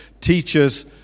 Teachers